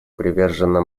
привержено